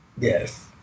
Yes